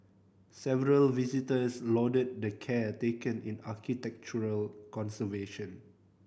several visitors lauded the care taken in architectural conservation